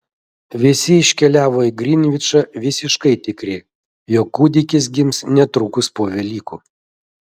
visi iškeliavo į grinvičą visiškai tikri jog kūdikis gims netrukus po velykų